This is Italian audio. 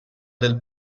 del